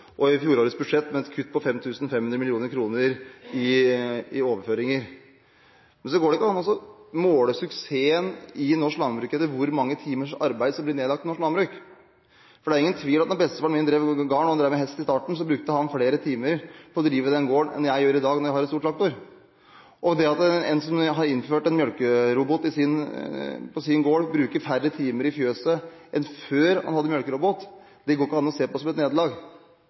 det gjelder fjorårets budsjett, hvor de kutter 5 500 mill. kr i overføringer. Det går ikke an å måle suksessen i norsk landbruk etter hvor mange timers arbeid som blir nedlagt i norsk landbruk, for det er ingen tvil om at da bestefaren drev gården med hest i starten, brukte han flere timer på å drive gården enn det jeg gjør i dag med en stor traktor. Det går heller ikke an å se på det som et nederlag at en bonde har tatt i bruk en melkerobot på sin gård, og bruker færre timer i fjøset enn før han hadde melkerobot. Det skjer en teknologisk utvikling, det har skjedd hele tiden, og det kommer også til å